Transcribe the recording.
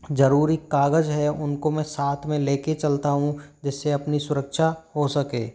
जरुरी कागज़ है उनको मैं साथ में लेके चलता हूँ जिससे अपनी सुरक्षा हो सके